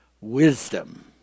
wisdom